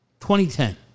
2010